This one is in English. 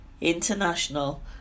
international